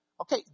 Okay